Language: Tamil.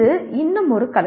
இது இன்னும் ஒரு கலை